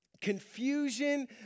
confusion